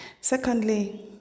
Secondly